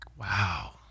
Wow